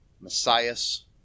Messias